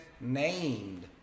named